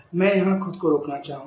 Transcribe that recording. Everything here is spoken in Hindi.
मैं यहां खुद को रोकना चाहूंगा